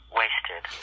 wasted